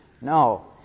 No